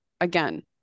again